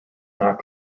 not